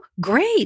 great